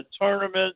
tournament